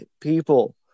people